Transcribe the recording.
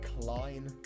Klein